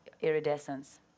iridescence